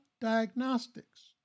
diagnostics